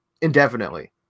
indefinitely